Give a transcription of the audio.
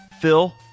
Phil